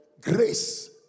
grace